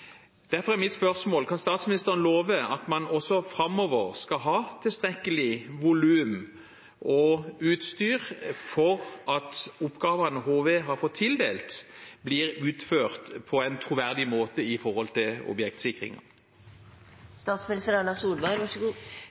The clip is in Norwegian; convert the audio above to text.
Derfor er mitt spørsmål: Kan statsministeren love at man også framover skal ha tilstrekkelig volum og utstyr for at oppgavene HV har fått tildelt, blir utført på en troverdig måte